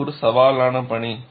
இது ஒரு சவாலான பணி